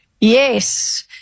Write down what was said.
Yes